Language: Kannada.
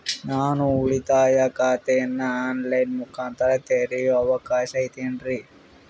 ನಾನು ಉಳಿತಾಯ ಖಾತೆಯನ್ನು ಆನ್ ಲೈನ್ ಮುಖಾಂತರ ತೆರಿಯೋ ಅವಕಾಶ ಐತೇನ್ರಿ?